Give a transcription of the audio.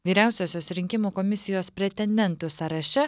vyriausiosios rinkimų komisijos pretendentų sąraše